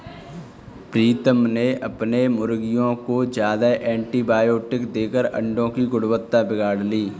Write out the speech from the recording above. प्रीतम ने अपने मुर्गियों को ज्यादा एंटीबायोटिक देकर अंडो की गुणवत्ता बिगाड़ ली